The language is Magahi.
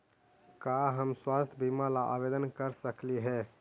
का हम स्वास्थ्य बीमा ला आवेदन कर सकली हे?